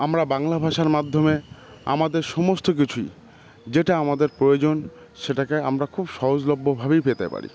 আমরা বাংলা ভাষার মাধ্যমে আমাদের সমস্ত কিছুই যেটা আমাদের প্রয়োজন সেটাকে আমরা খুব সহজলভ্যভাবেই পেতে পারি